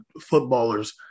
footballers